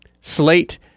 slate